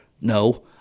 no